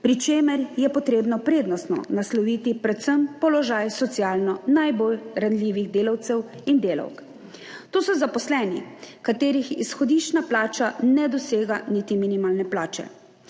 pri čemer je potrebno prednostno nasloviti predvsem položaj socialno najbolj ranljivih delavcev in delavk, to so zaposleni, katerih izhodiščna plača ne dosega niti minimalne plače,